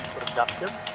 productive